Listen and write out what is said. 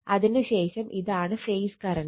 അതിനു ശേഷം ഇതാണ് ഫേസ് കറണ്ട്